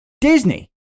Disney